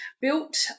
built